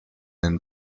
den